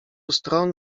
stron